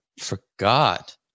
forgot